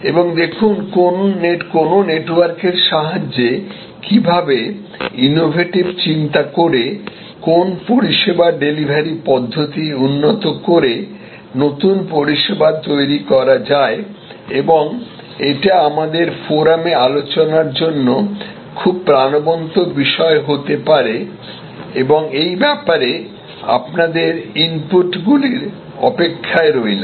এবং দেখুন কোনও নেটওয়ার্কের সাহায্যে কিভাবে ইনোভেটিভ চিন্তা করে কোন পরিষেবা ডেলিভারি পদ্ধতি উন্নত করে নতুন পরিষেবা তৈরি করা যায় এবং এটা আমাদের ফোরামে আলোচনার জন্য খুব প্রাণবন্ত বিষয় হতে পারে এবং এই ব্যাপারে আপনাদের ইনপুটগুলির অপেক্ষায় রইলাম